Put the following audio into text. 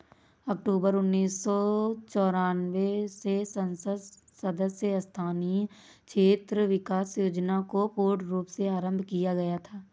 अक्टूबर उन्नीस सौ चौरानवे में संसद सदस्य स्थानीय क्षेत्र विकास योजना को पूर्ण रूप से आरम्भ किया गया था